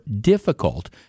difficult